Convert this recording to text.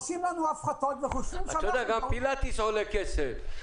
עושים לנו הפחתות וחושבים שאנחנו --- גם פילאטיס עולה כסף,